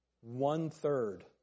one-third